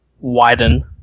widen